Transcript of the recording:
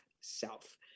self